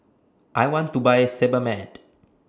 I want to Buy Sebamed